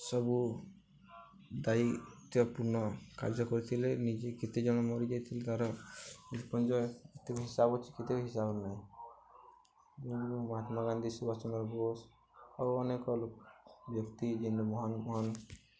ସବୁ ଦାୟୀତ୍ୱପୂର୍ଣ୍ଣ କାର୍ଯ୍ୟ କରିଥିଲେ ନିଜେ କେତେଜଣ ମରିଯାଇଥିଲେ ତା'ର ନିପଞ୍ଜୟ କେତେ ହିସାବ ଅଛିି କେତେ ହିସାବ ନାହିଁ ମହାତ୍ମା ଗାନ୍ଧୀ ସୁବାଷ ଚନ୍ଦ୍ର ବୋଷ ଆଉ ଅନେକ ଲୋ ବ୍ୟକ୍ତି ଯେନ୍ ମହାନ୍ ମହାନ୍